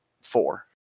four